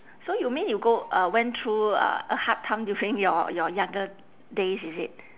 so you mean you go uh went through a a hard time during your your younger days is it